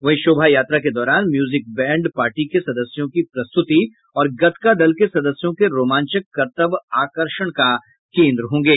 वहीं शोभा यात्रा के दौरान म्यूजिक बैंड पार्टी के सदस्यों की प्रस्तुति और गतका दल के सदस्यों के रोमांचक करतब आकर्षण का केन्द्र होंगे